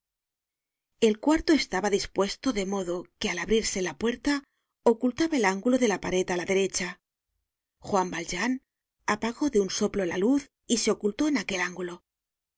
el cuarto estaba dispuesto de modo que al abrirse la puerta ocultaba el ángulo de la pared á la derecha juan valjean apagó de un soplo la luz y se ocultó en aquel ángulo